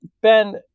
Ben